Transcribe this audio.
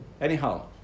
Anyhow